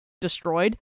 destroyed